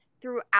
throughout